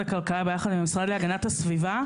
הכלכלה ביחד עם המשרד להגנת הסביבה.